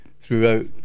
Throughout